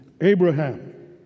Abraham